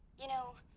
you know,